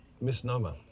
misnomer